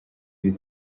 iri